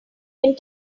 can